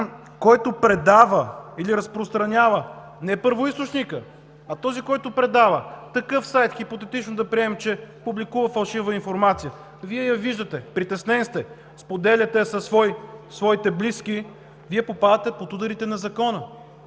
„който предава или разпространява“, не първоизточникът, а този който предава. Такъв сайт, хипотетично да приемем, публикува фалшива информация, Вие я виждате, притеснен сте. Споделяте я със своите близки и Вие попадате под ударите на закона,